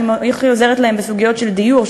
איך היא עוזרת להם בסוגיות של דיור,